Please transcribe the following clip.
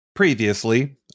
previously